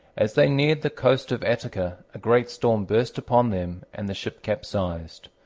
as they neared the coast of attica a great storm burst upon them, and the ship capsized.